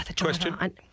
question